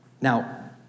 Now